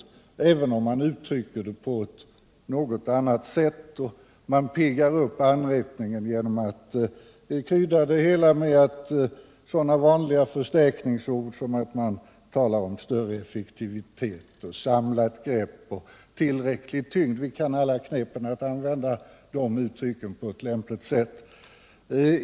Socialdemokraterna uttrycker sig dock på något annat sätt och piggar upp anrättningen genom att krydda det hela med sådana vanliga förstärkningsord som större effektivitet, samlat grepp och tillräcklig tyngd. Vi kan alla knepen att använda de uttrycken på ett lämpligt sätt.